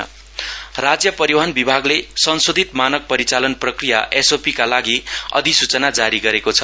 transport राज्य परिवहन विभागले संसोधित मानक परिचालन प्रक्रिया एसओपी का लागि अधिसूचना जारी गरेको छ